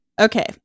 Okay